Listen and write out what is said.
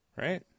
right